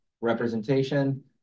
representation